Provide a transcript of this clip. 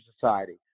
society